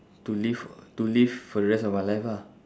to live for to live for the rest of our life ah